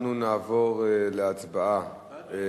אנחנו נעבור להצבעה.